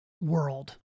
world